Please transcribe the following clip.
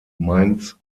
mainz